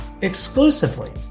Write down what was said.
exclusively